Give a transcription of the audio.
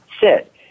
sit